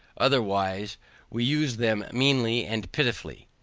otherwise we use them meanly and pitifully.